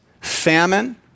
famine